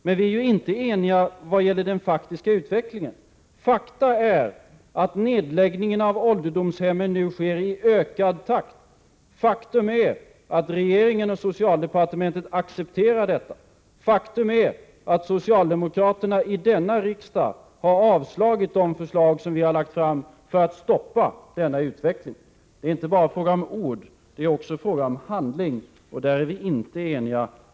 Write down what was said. Men vi är inte eniga vad gäller den faktiska utvecklingen. Faktum är att nedläggningen av ålderdomshemmen nu sker i ökad takt. Faktum är att regeringen och socialdepartementet accepterar detta. Faktum är att socialdemokraterna i denna riksdag har avslagit de förslag som vi lagt fram för att stoppa denna utveckling. Men det är inte bara fråga om ord utan också handling. Där är vi inte eniga.